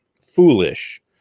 foolish